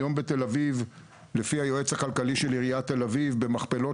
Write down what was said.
היום בתל אביב לפי היועץ הכלכלי של עיריית תל אביב במכפלות